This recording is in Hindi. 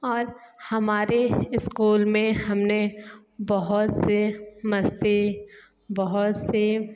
और हमारे इस्कूल में हमने बहुत से मस्ती बहुत से